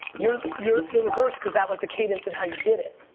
you're you're the reverse cause that was the cadence in how you did it,